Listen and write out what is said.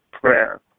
prayer